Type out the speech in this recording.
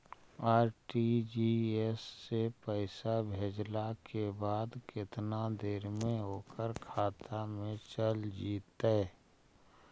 RTGS से पैसा भेजला के बाद केतना देर मे ओकर खाता मे चल जितै?